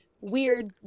weird